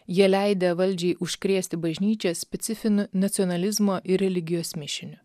jie leidę valdžiai užkrėsti bažnyčią specifiniu nacionalizmo ir religijos mišiniu